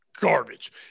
garbage